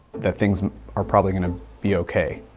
that things are probably going to be okay.